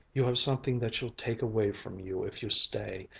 you have something that she'll take away from you if you stay.